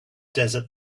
desert